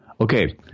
Okay